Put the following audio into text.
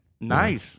Nice